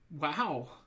Wow